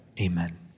amen